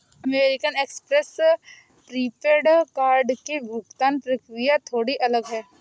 American Express prepaid card की भुगतान प्रक्रिया थोड़ी अलग है